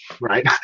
right